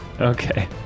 Okay